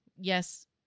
Yes